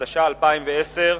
התש"ע 2010,